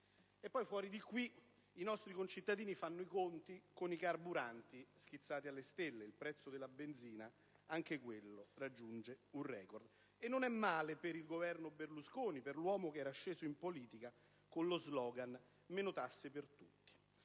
anni. Fuori di qui, i nostri concittadini fanno i conti con i prezzi dei carburanti schizzati alle stelle: anche il prezzo della benzina raggiunge un record*.* Non è male per il Governo Berlusconi, per l'uomo che era sceso in politica con lo slogan «Meno tasse per tutti».